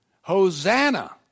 Hosanna